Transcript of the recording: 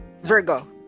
Virgo